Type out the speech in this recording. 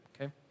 okay